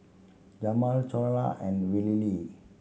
Jamaal Cleola and Wiley Lee